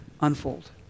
unfold